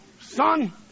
Son